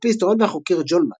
ע"פ ההיסטוריון והחוקר ג'ון מתיוס,